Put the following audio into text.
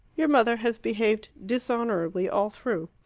your mother has behaved dishonourably all through.